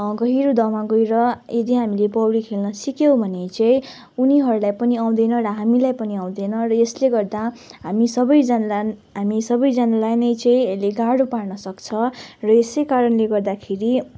गहिरो दहमा गएर यदि हामीले पौडी खेल्न सिक्यौँ भने चाहिँ उनीहरूलाई पनि आउँदैन र हामीलाई पनि आउँदैन र यसले गर्दा हामी सबैजनालाई पनि हामी सबैजनालाई नै चाहिँ यसले गाह्रो पार्नसक्छ र यसै कारणले गर्दाखेरि